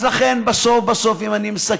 אז לכן, בסוף בסוף, אם אני מסכם,